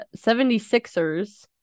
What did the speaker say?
76ers